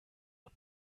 und